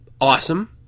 awesome